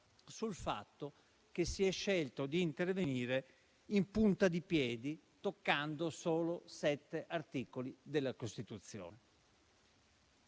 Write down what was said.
sul fatto che si è scelto di intervenire in punta di piedi, toccando solo sette articoli della Costituzione.